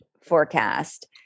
forecast